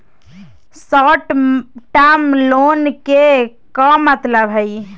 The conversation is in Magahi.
शार्ट टर्म लोन के का मतलब हई?